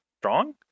strong